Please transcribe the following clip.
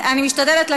זה